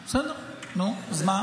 בסדר, נו, אז מה?